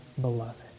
beloved